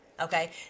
Okay